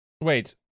Wait